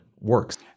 works